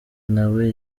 nawe